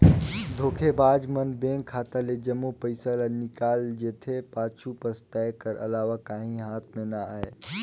धोखेबाज मन बेंक खाता ले जम्मो पइसा ल निकाल जेथे, पाछू पसताए कर अलावा काहीं हाथ में ना आए